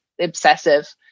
obsessive